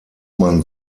man